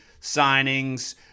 signings